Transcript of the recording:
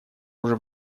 уже